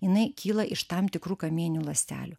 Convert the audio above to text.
jinai kyla iš tam tikrų kamieninių ląstelių